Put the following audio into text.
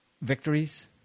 victories